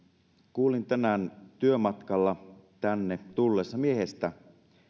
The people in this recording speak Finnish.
kuulin tänään työmatkalla tänne tullessa miehestä